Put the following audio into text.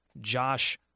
Josh